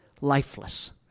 Lifeless